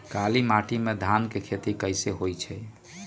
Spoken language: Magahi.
काली माटी में धान के खेती कईसे होइ छइ?